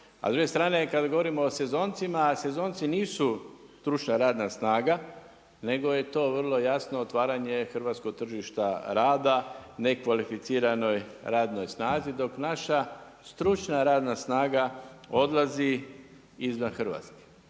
A s druge strane kada govorimo o sezoncima a sezonci nisu stručna radna snaga nego je to vrlo jasno otvaranje hrvatskog tržišta rada nekvalificiranoj radnoj snazi dok naša stručna radna snaga odlazi izvan Hrvatske.